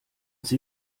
sie